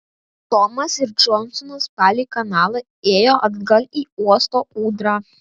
tomas ir džonsonas palei kanalą ėjo atgal į uosto ūdrą